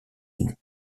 unis